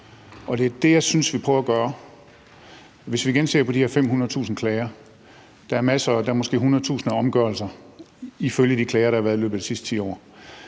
det er det, jeg synes vi prøver at gøre. Hvis vi igen ser på de her 500.000 klager, er der måske 100.000 omgørelser som følge af de klager, der har været i løbet af de sidste 10 år.